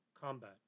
combat